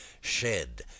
shed